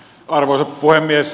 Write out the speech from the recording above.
arvoisa puhemies